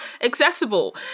accessible